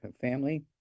family